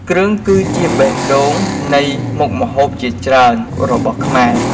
គ្រឿងគឺជាបេះដូងនៃមុខម្ហូបជាច្រើនរបស់ខ្មែរ។